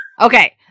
Okay